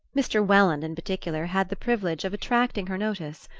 mr. welland, in particular, had the privilege of attracting her notice.